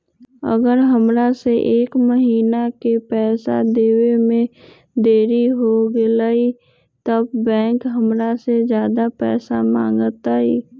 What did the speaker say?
अगर हमरा से एक महीना के पैसा देवे में देरी होगलइ तब बैंक हमरा से ज्यादा पैसा मंगतइ?